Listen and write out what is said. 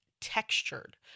textured